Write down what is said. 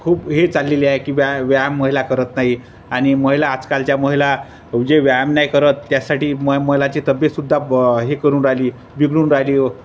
खूप हे चाललेली आहे की व्या व्यायाम महिला करत नाही आणि महिला आजकालच्या महिला जे व्यायाम नाही करत त्यासाठी म महिलाचे तब्येत सुद्धा ब हे करून राहिली बिघडून राहिली हो